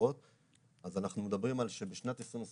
אנחנו מדברים שבשנת 2021